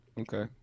okay